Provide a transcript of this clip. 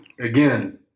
again